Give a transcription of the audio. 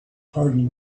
hardened